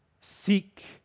Seek